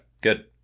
good